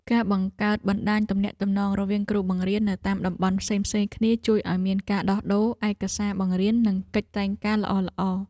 ការបង្កើតបណ្តាញទំនាក់ទំនងរវាងគ្រូបង្រៀននៅតាមតំបន់ផ្សេងៗគ្នាជួយឱ្យមានការដោះដូរឯកសារបង្រៀននិងកិច្ចតែងការល្អៗ។